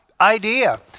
idea